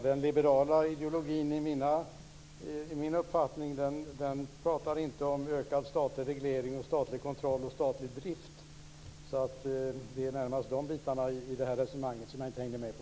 Fru talman! Min uppfattning är att man när det gäller liberal ideologi inte pratar om ökad statlig reglering, statlig kontroll och statlig drift. Det är närmast de bitarna i detta resonemang som jag inte hängde med på.